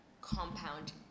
compound